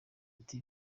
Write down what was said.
ati